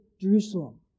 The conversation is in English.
Jerusalem